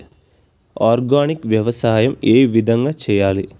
Organic వ్యవసాయం ఏ విధంగా చేయాలి?